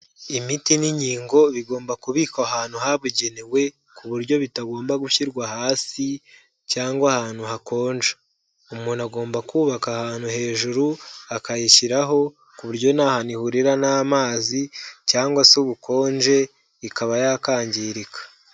Imiti n'inkingo bigomba kubikwa ahantu habugenewe, ku buryo bitagomba gushyirwa hasi cyangwa ahantu hakonja, umuntu agomba kubaka ahantu hejuru akayishyiraho ku buryo nta hantu ihurira n'amazi cyangwa se ubukonje ikaba yakangirika.